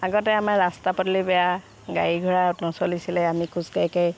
আগতে আমাৰ ৰাস্তা পদূলি বেয়া গাড়ী ঘোঁৰা চলিছিলে আমি খোজ কাঢ়ি কাঢ়ি